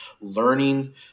learning